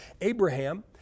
Abraham